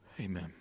Amen